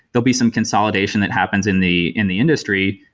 there'll be some consolidation that happens in the in the industry.